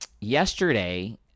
yesterday –